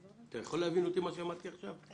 אתה יכול להבין את מה שאמרתי עכשיו?